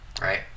Right